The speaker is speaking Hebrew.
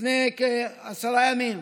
לפני כעשרה ימים